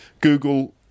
Google